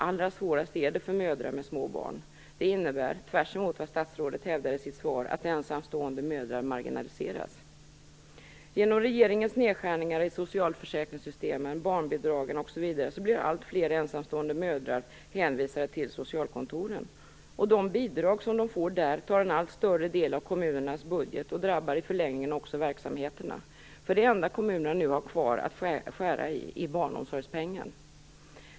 Allra svårast är det för mödrar med små barn. Det innebär - tvärtemot vad statsrådet hävdar i sitt svar - att ensamstående mödrar marginaliseras. Genom regeringens nedskärningar i socialförsäkringssystemen, barnbidragen osv. blir allt fler ensamstående mödrar hänvisade till socialkontoren. Och de bidrag som de får där tar en allt större del av kommunernas budget och drabbar i förlängningen också verksamheterna. Det enda som kommunerna nu har kvar att skära i är barnomsorgspengen.